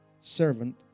servant